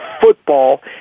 football